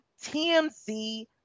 TMZ